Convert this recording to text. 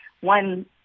one